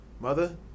Mother